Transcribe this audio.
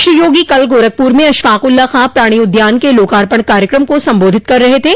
श्री योगी कल गोरखपुर में अशफ़ाकउल्ला खां प्राणि उद्यान के लोकार्पण कार्यक्रम को सम्बोधित कर रहे थे